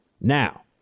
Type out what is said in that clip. now